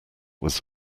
was